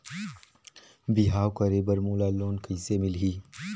बिहाव करे बर मोला लोन कइसे मिलही?